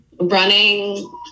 Running